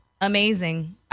amazing